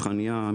שכניה,